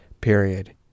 period